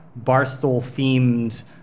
barstool-themed